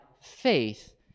faith